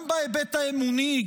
גם בהיבט האמוני,